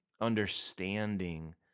understanding